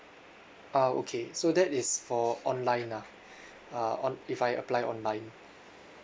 uh okay so that is for online lah uh on if I apply online